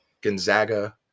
Gonzaga